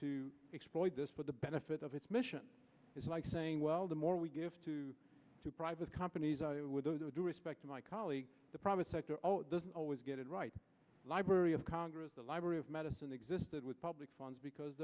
to exploit this for the benefit of its mission it's like saying well the more we give to private companies with the due respect to my colleague the private sector doesn't always get it right library of congress the library of medicine existed with public funds because